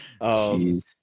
Jeez